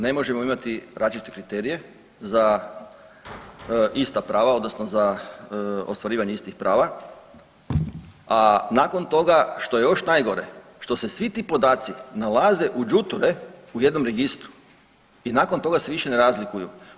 Ne možemo imati različite kriterije za ista prava, odnosno za ostvarivanje istih prava, a nakon toga što je još najgore što se svi ti podaci nalaze u đuture u jednom registru i nakon toga se više ne razlikuju.